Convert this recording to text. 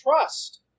trust